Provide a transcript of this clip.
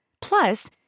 Plus